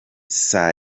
saa